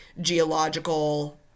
geological